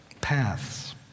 Paths